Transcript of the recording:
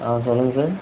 ஆ சொல்லுங்கள் சார்